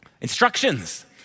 Instructions